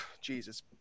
Jesus